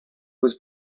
was